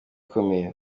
ukomeye